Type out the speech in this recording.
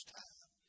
time